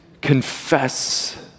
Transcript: confess